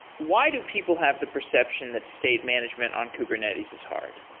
why do people have the perception that state management on kubernetes is hard?